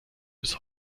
bis